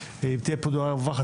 ואם תהיה פה דעה רווחת,